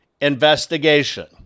investigation